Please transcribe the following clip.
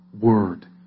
word